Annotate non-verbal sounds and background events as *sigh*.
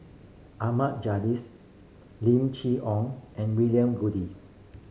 Ahmad *unintelligible* Lim Chee Onn and William Goodes